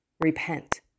repent